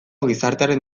gizartearen